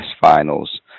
finals